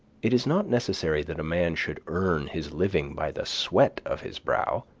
it is not necessary that a man should earn his living by the sweat of his brow,